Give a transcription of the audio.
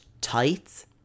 tights